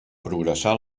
progressar